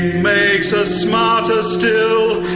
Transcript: makes us smarter still,